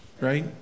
right